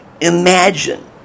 Imagine